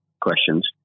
questions